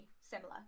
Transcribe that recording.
similar